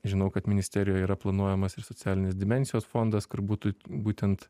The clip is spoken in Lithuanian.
žinau kad ministerijoj yra planuojamas ir socialinės dimensijos fondas kur būtų būtent